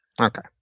Okay